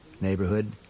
neighborhood